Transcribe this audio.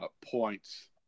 points